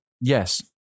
Yes